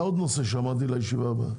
היה עוד נושא לישיבה הבאה.